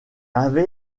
avait